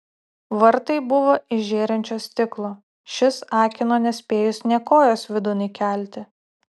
vartai buvo iš žėrinčio stiklo šis akino nespėjus nė kojos vidun įkelti